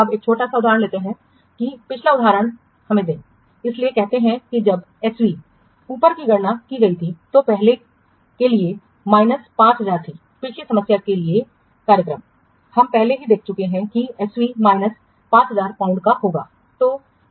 अब एक छोटा सा उदाहरण लेते हैं कि पिछला उदाहरण हमें दें इसलिए कहते हैं कि जब S V ऊपर की गणना की गई थी तो पहले के लिए माइनस 5000 थी पिछली समस्या के लिए कार्यक्रम हम पहले ही देख चुके हैं कि SV माइनस 5000 पाउंड का होगा